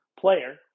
player